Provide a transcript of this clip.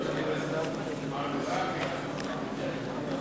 לוי אבקסיס.